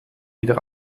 wieder